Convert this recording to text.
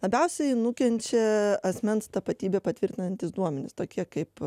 labiausiai nukenčia asmens tapatybę patvirtinantys duomenys tokie kaip